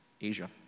Asia